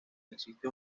existe